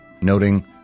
noting